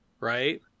Right